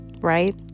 right